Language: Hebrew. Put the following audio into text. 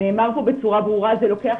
נאמר פה בצורה ברורה, זה לוקח